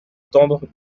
entendre